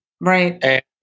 right